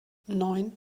neun